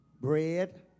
bread